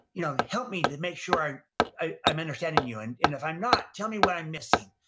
you know help me to make sure i'm understanding you, and if i'm not, tell me what i'm missing,